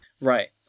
Right